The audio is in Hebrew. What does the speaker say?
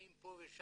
באים פה ושם,